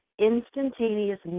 instantaneous